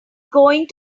going